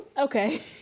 Okay